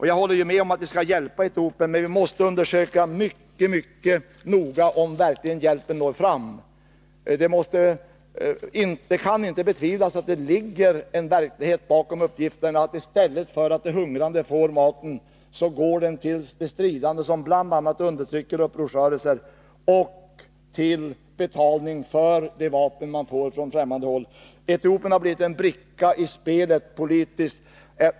Jag håller med om att vi skall hjälpa Etiopien, men vi måste mycket noga undersöka om hjälpen når fram. Det kan inte betvivlas att det ligger en verklighet bakom uppgiften att maten i stället för att gå till de hungrande går till de stridande, som bl.a. undertrycker upprorsrörelser, och till betalning för de vapen man får från främmande håll. Etiopien har blivit en bricka i det politiska spelet.